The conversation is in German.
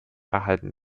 erhalten